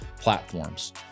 platforms